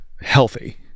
healthy